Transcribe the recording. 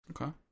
Okay